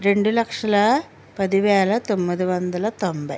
రెండు లక్షల పది వేల తొమ్మిది వందల తొంభై